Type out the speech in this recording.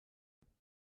because